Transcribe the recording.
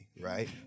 right